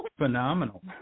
Phenomenal